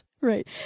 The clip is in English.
right